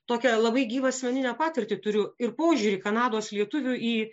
tokią labai gyvą asmeninę patirtį turiu ir požiūrį kanados lietuvių į